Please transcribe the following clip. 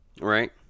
Right